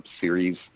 series